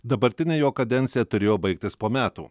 dabartinė jo kadencija turėjo baigtis po metų